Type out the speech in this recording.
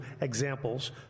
examples